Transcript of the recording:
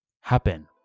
happen